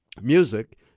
music